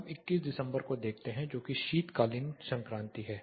अब 21 दिसंबर को देखते हैं जोकि शीतकालीन संक्रांति है